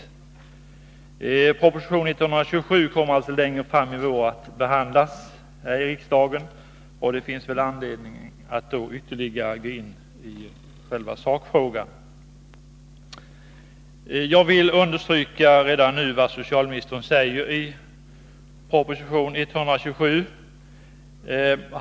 Propositionen kommer längre fram i vår att behandlas av riksdagen, och det finns då anledning att ytterligare ta upp själva sakfrågan. Jag vill redan nu understryka vad socialministern säger i proposition 127.